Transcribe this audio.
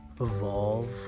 evolve